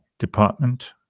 department